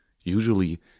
Usually